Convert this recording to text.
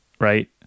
right